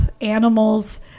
animals